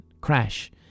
crash